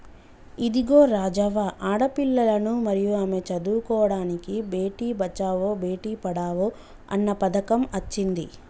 ఇదిగో రాజవ్వ ఆడపిల్లలను మరియు ఆమె చదువుకోడానికి బేటి బచావో బేటి పడావో అన్న పథకం అచ్చింది